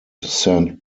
saint